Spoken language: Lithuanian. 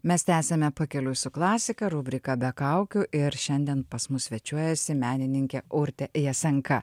mes tęsiame pakeliui su klasika rubriką be kaukių ir šiandien pas mus svečiuojasi menininkė urtė jasenka